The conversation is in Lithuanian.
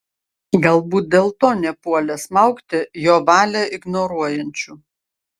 galbūt dėl to nepuolė smaugti jo valią ignoruojančių